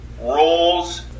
Rules